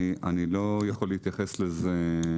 אני לא יכול להתייחס לזה.